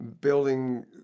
building